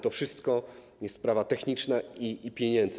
To wszystko jest sprawa techniczna i pieniędzy.